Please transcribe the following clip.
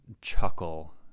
chuckle